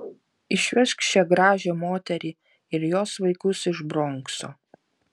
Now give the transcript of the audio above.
išvežk šią gražią moterį ir jos vaikus iš bronkso